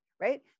Right